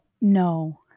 No